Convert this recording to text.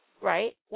Right